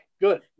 good